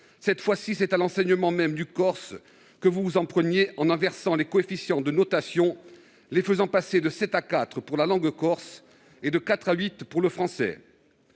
cette fois-ci, c'est à l'enseignement même du corse que vous vous en preniez en inversant les coefficients de notation, les faisant passer de 7 à 4 pour la langue corse et de 4 à 8 pour le français.